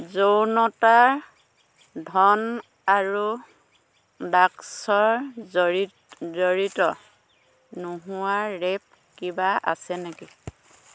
যৌনতা ধন আৰু ড্ৰাগছৰ জড়িত জড়িত নোহোৱা ৰেপ কিবা আছে নেকি